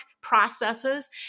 processes